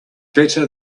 better